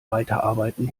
weiterarbeiten